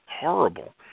horrible